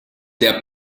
der